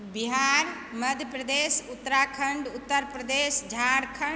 Bihar Madhya Pradesh Uttarakhand Uttar Pradesh Jharkhand